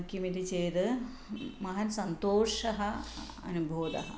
किमिति चेद् महान् सन्तोषः अनुभूतः